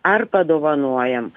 ar padovanojam